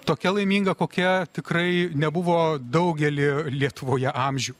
tokia laiminga kokia tikrai nebuvo daugelį lietuvoje amžių